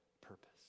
purpose